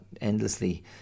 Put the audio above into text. endlessly